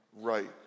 right